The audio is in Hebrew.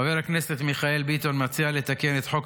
חבר הכנסת מיכאל ביטון מציע לתקן את חוק